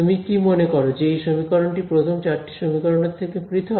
তুমি কি মনে করো যে এই সমীকরণটি প্রথম চারটি সমীকরণের থেকে পৃথক